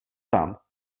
tam